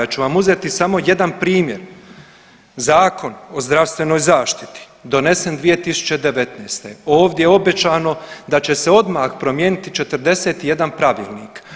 Ja ću vam uzeti samo jedan primjer Zakon o zdravstvenoj zaštiti donesen 2019. ovdje je obećano da će se odmah promijeniti 41 pravilnik.